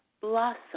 blossom